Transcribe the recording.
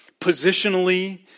positionally